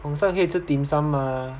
红山可以吃 dim sum mah